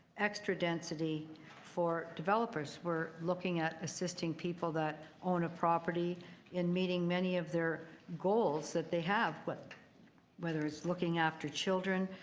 extra density for developers. we're looking at assisting people that own a property and meeting many of their goals that they have, but whether it's looking after children.